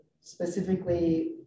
specifically